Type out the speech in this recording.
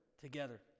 together